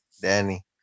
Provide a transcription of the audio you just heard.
Danny